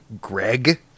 Greg